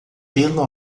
pelo